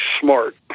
smart